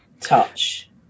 touch